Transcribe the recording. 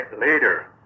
later